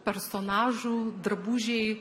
personažų drabužiai